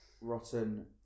Rotten